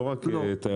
לא רק תיירות.